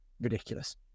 Ridiculous